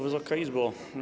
Wysoka Izbo!